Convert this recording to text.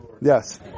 Yes